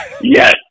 Yes